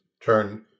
turn